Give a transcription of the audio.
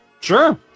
Sure